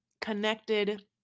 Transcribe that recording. connected